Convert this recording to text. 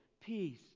peace